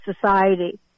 society